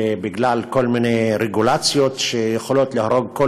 בגלל כל מיני רגולציות שיכולות להרוג כל